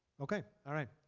okay. all right.